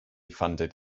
funded